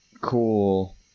cool